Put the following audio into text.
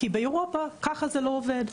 כי באירופה כך זה לא עובד.